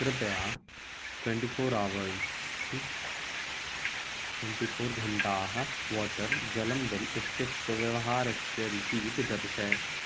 कृपया twenty four hours twenty four घण्टाः water जलं बिल् इत्यस्य व्यवहारस्य रिसीट् दर्शय